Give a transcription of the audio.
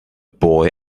boy